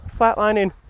flatlining